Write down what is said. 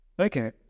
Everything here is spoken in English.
Okay